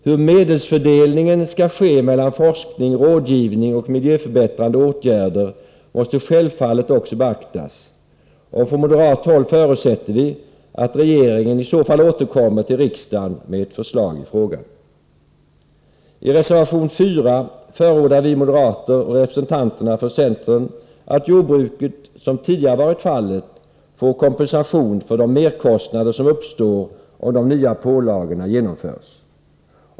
Hur medelsfördelningen skall ske mellan forskning, rådgivning och miljöförbättrande åtgärder måste självfallet också beaktas, och från moderat håll förutsätter vi att regeringen återkommer till riksdagen med ett förslag i den frågan. I reservation 4 förordar vi moderater och representanterna för centern att jordbruket, som tidigare varit fallet, får kompensation för de merkostnader som uppstår om de nya pålagorna genomförs.